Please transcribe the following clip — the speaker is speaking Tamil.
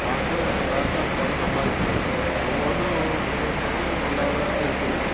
பார்த்து பார்த்து அவங்க பணம் சம்பாதிக்கிறாங்க ஒவ்வொன்றும் ஒவ்வொரு நாளும் நல்லாவா இருக்குது